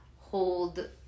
hold